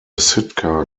sitka